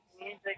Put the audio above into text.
music